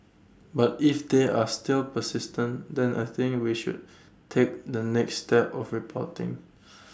but if they are still persistent then I think we should take the next step of reporting